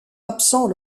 absents